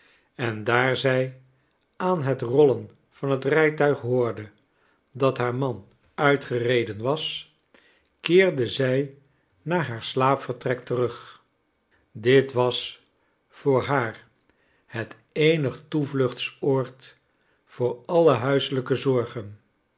en daar zij aan het rollen van het rijtuig hoorde dat haar man uitgereden was keerde zij naar haar slaapvertrek terug dit was voor haar het eenig toevluchtsoord voor alle huiselijke zorgen